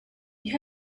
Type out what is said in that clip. you